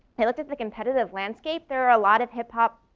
they looked at the competitive landscape. there are lot of hip-hop